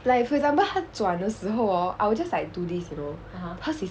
like for example 她转的时候 hor I would just like do this you know hers is